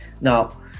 now